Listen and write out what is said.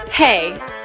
Hey